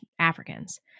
Africans